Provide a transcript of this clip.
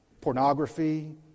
Pornography